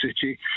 City